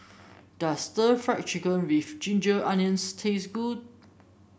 does stir Fry Chicken with Ginger Onions taste good